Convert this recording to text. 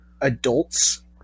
adults